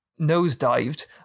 nosedived